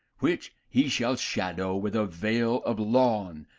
which he shall shadow with a veil of lawn,